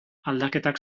aldaketak